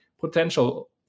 potential